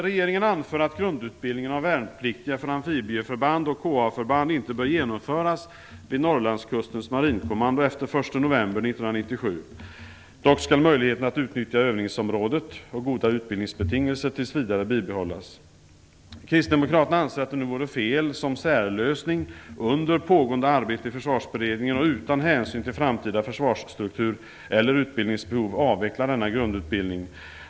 Regeringen anför att grundutbildning av värnpliktiga för amfibieförband och KA-förband inte bör genomföras vid Norrlandskustens marinkommando efter den 1 november 1997. Dock skall möjligheten att utnyttja övningsområdet och goda utbildningsbetingelser till vidare bibehållas. Kristdemokraterna anser att det nu vore fel att som särlösning, under pågående arbete i Försvarsberedningen och utan hänsyn till framtida försvarsstruktur eller utbildningsbehov, avveckla denna grundutbildning.